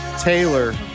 Taylor